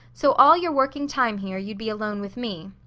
so all your working time here, you'd be alone with me.